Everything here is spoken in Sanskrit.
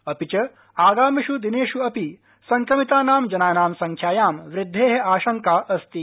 अपि च आगामिष् दिनेष् अपि संक्रमितानां जनानां संख्यायां वृद्धेः आशंका अस्ति